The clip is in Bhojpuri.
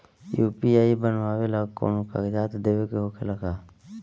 यू.पी.आई बनावेला कौनो कागजात देवे के होखेला का?